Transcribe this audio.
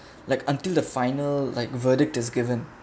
like until the final like verdict has given